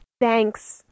Thanks